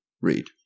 read